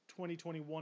2021